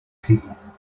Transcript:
people